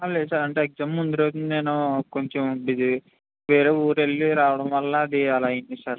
లేదు సార్ అంటే ఎగ్జామ్ ముందురోజున నేను కొంచెం బిజీ వేరే ఊరు వెళ్ళి రావడం వల్ల అది అలా అయ్యింది సార్